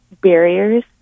barriers